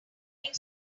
doing